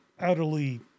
utterly